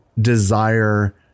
desire